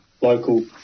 local